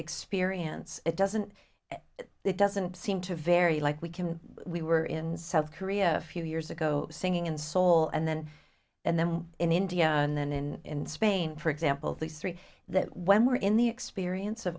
experience it doesn't it doesn't seem to vary like we can we were in south korea a few years ago singing in seoul and then and then in india and then in spain for example these three that when we were in the experience of